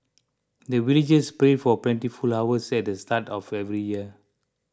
the villagers pray for plentiful harvest at the start of every year